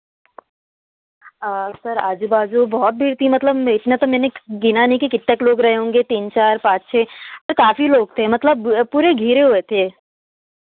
sir आजू बाजु बहुत भीड़ थी मतलब इतना तो मैंने गिना नहीं कितना लोग रहे होंगे थीं चार पाँच छः काफ़ी लोग थे मतलब पू पूरे घिरे हुए थे